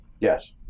yes